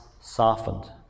softened